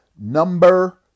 number